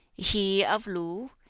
he of lu?